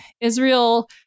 Israel